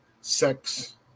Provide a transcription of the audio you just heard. sex